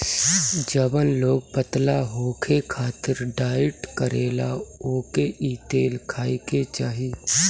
जवन लोग पतला होखे खातिर डाईट करेला ओके इ तेल खाए के चाही